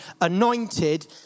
anointed